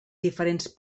diferents